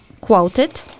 Quoted